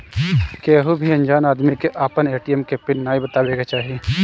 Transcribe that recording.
केहू भी अनजान आदमी के आपन ए.टी.एम के पिन नाइ बतावे के चाही